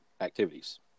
activities